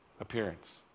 appearance